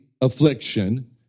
affliction